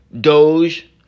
Doge